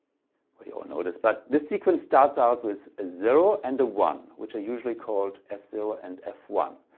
well you all know this but the sequence starts out with a zero and a one which are usually called f zero and f one.